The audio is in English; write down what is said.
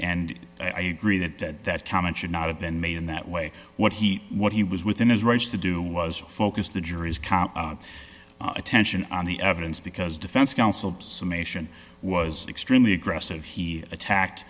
i agree that that comment should not have been made in that way what he what he was within his rights to do was focus the jury's count attention on the evidence because defense counsel summation was extremely aggressive he attacked